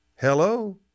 Hello